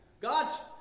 God's